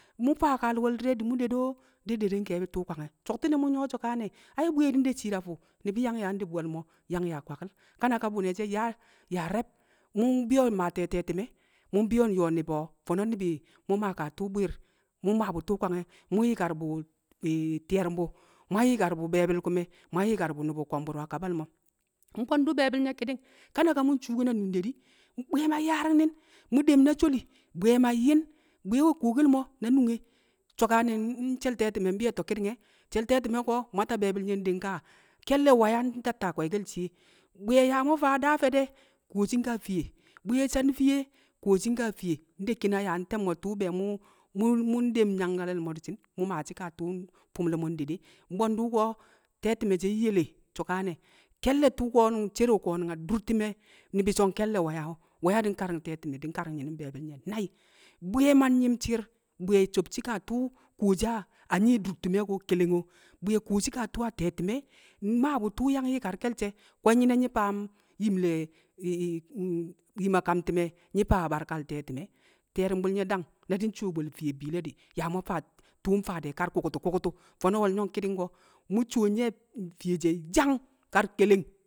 mu̱ faa kaale̱ we̱l di̱re̱ di̱ mu̱ de do, deddede nke̱e̱bi̱ shi̱ tu̱u̱ kwange̱. So̱ktɪne̱ mu̱ nyu̱wo̱ so̱kane̱, ai bwi̱ye̱ di̱ nde shi̱i̱r a fu̱, ni̱bi̱ nyang yaa nde bo̱l mo̱ di̱ nyaa nkwaki̱l Kanaka bu̱ne̱ she̱ yaa yaa re̱b. u̱ mbi̱yo̱ mmaa te̱e̱ te̱ti̱me̱, mu̱ mbi̱yo̱ nyo̱o̱ ni̱bi̱ o̱? Fo̱no̱ ni̱bi̱ mu̱ maa kaa tu̱u̱ bwi̱i̱r mu̱ mmaa bu̱ tu̱u̱ kwange̱, mu̱ nyi̱kar bu̱ ti̱ƴe̱ru̱mbu̱, mu̱ nyi̱kar bu̱ be̱e̱bi̱l ku̱me̱, mu̱ nyi̱kar bu̱ nu̱bu̱ ko̱mbu̱r wa kabal mo̱ Mbwe̱ndu̱ be̱e̱bi̱l nye̱ ki̱ni̱ng kanaka mu̱ nshuukin a nunde di̱, bwi̱ye̱ ma nyaari̱ng ni̱n, mu̱ dem na sholi bwi̱ye̱ ma yi̱n, bwi̱ye̱ kuwokel mo̱ na nunge, so̱kane̱ nshe̱l te̱ti̱me̱ mbe̱e̱to̱ ki̱ni̱ng e̱. She̱l te̱ti̱me̱ ko̱ mmwata be̱e̱bi̱l nye̱ nde nkaa ke̱lle̱ waya ntatta kwe̱e̱ḵe̱l shiye. Bwi̱ƴe̱ yaa mu̱ faa daa fe̱de̱ kuwoshi nkaa fiye, bwi̱ye̱ san fiye kuwoshi nkaa fiye, nde ki̱na yaa nte̱mmo̱ tu̱u̱ mu̱-mu̱n- mu̱ ndem nyankale̱l mo̱ di̱shi̱n, mu̱ maaashi̱ kaa tu̱u̱ fu̱m ne̱ mo̱ nde de Mbwe̱ndu̱ ko̱ te̱ti̱me̱ she̱ nyele so̱kane̱ ke̱lle̱ tu̱u̱ ko̱nu̱ng ncero ko̱nu̱ng adur ti̱me̱ ni̱bi̱ so̱ nke̱lle̱ waya wu̱, waya di̱ nkari̱ng te̱ti̱me̱ di̱ nkari̱ng nyi̱nu̱m be̱e̱bi̱l nye̱ nai̱. Bwi̱ƴe̱ ma nyi̱m shi̱i̱r, bwi̱ƴe̱ sobshi kaa tu̱u̱ adur ti̱me̱ ko̱ keleng o, bwi̱ƴe̱ kuwoshi kaa tu̱u̱ a te̱ti̱me̱ mmaa bu̱ tu̱u̱ yang yi̱karke̱l she̱, kwe̱nyi̱ne̱ yi̱ faam nyim ne̱ yim a kam ti̱me̱ nyi̱ faa barkal te̱ti̱me̱? Ti̱ye̱ru̱mbu̱l nye̱ dang na ncuwo bwe̱l fiye bi̱i̱le̱ di̱, yaa mu̱ faa- t- tu̱u̱ mfaa de̱ kar ku̱ktu̱ ku̱ktu̱. Fo̱no̱ wo̱lyo̱ng ki̱di̱ng ko̱ mu̱ cuwo nye̱ fiye she̱ yyang kar keleng